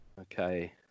Okay